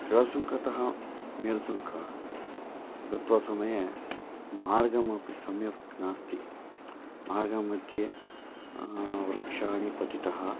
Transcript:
केळसुङ्कतः मेल्सुङ्क गत्वा समये मार्गमपि सम्यक् नास्ति मार्गमध्ये वृक्षाः पतिताः